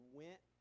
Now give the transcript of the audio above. went